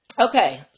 Okay